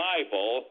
Bible